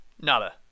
Nada